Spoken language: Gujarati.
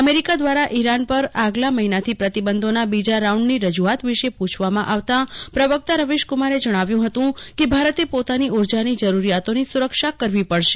અમેરિકા દ્વારા ઈરાન પર આગલા મહિનાથી પ્રતિબંધોના બીજા રાઉન્ડની રજૂઆત વિરો પૂછવામાં આવતા પ્રવક્તા રવિશકુમારે જજ્ઞાવ્યું હતું કે ભારતે પોતાની ઊર્જની જરૂરિયાતોની સુરક્ષા કરવી પડતો